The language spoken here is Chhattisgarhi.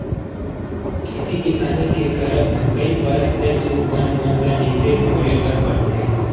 खेती किसानी के करब म कई परत ले तो बन मन ल नींदे कोड़े बर परथे